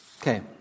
Okay